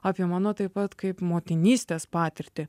apie mano taip pat kaip motinystės patirtį